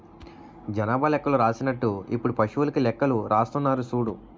జనాభా లెక్కలు రాసినట్టు ఇప్పుడు పశువులకీ లెక్కలు రాస్తున్నారు సూడు